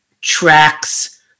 tracks